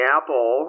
Apple